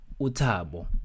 Utabo